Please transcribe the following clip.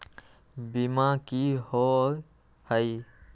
बीमा की होअ हई?